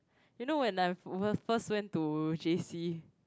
you know when I first went to J_C